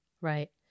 right